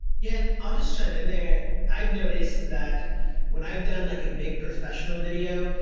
yeah, and i'll just chime in there. i've noticed that when i've done like a big professional video,